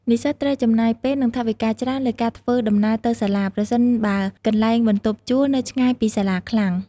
និស្សិតត្រូវចំណាយពេល និងថវិកាច្រើនលើការធ្វើដំណើរទៅសាលា ប្រសិនបើកន្លែងបន្ទប់ជួលនៅឆ្ងាយពីសាលាខ្លាំង។